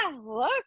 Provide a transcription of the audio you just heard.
look